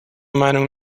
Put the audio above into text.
meinung